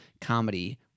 comedy